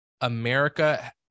America